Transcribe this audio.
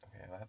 okay